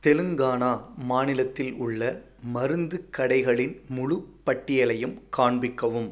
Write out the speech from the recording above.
தெலுங்கானா மாநிலத்தில் உள்ள மருந்துக் கடைகளின் முழுப் பட்டியலையும் காண்பிக்கவும்